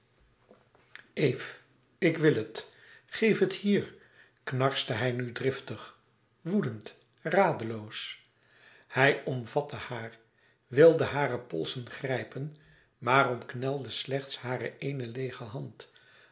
eve ik wil het geef het hier knarste hij nu driftig woedend radeloos hij omvatte haar wilde hare polsen grijpen maar omknelde slechts hare eene leêge hand